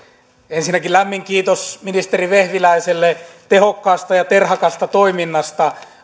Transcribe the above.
ensinnäkin lämmin kiitos ministeri vehviläiselle tehokkaasta ja terhakasta toiminnasta